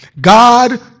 God